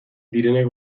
direnak